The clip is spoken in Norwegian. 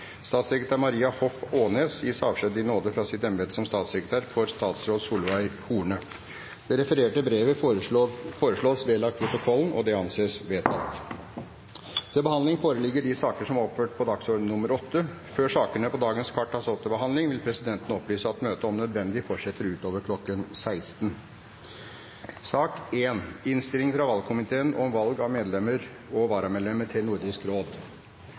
Statssekretær Maria Hoff Aanes gis avskjed i nåde fra sitt embete som statssekretær for statsråd Solveig Horne.» Det refererte brevet foreslås vedlagt protokollen. – Det anses vedtatt. Før sakene på dagens kart tas opp til behandling, vil presidenten opplyse om at møtet om nødvendig fortsetter utover kl. 16. Ingen har bedt om ordet. Sakene nr. 2 og 3 er interpellasjoner, og presidenten vil med henvisning til